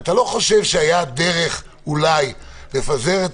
אתה לא חושב שהייתה דרך אולי לפזר את